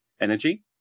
energy